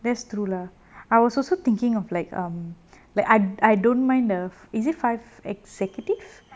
that's true lah I was also thinking of like um like I I don't mind the is it five executive